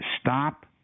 stop